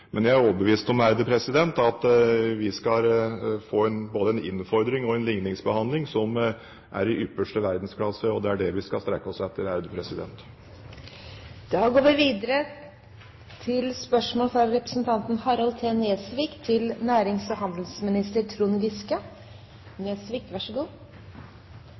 Men jeg er overbevist om at vi skal få både en innfordring og en ligningsbehandling som er i ypperste verdensklasse, og det er det vi skal strekke oss etter. Jeg ønsker å stille følgende spørsmål til